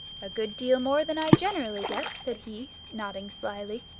a good deal more than i generally get, said he, nodding slyly